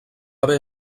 haver